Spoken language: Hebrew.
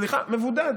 סליחה, מבודד,